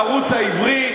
הערוץ העברי,